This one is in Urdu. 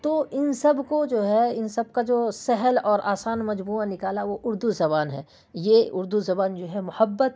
تو ان سب کو جو ہے ان سب کا جو سہل اور آسان مجموعہ نکالا وہ اردو زبان ہے یہ اردو زبان جو ہے محبت